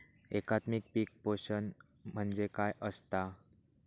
एकात्मिक पीक पोषण म्हणजे काय असतां?